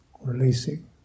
releasing